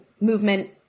movement